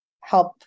help